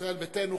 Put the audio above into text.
ישראל ביתנו,